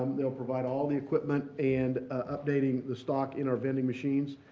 they'll provide all the equipment and updating the stock in our vending machines.